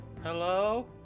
Hello